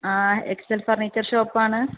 ആ Excel furniture ഷോപ്പാണ്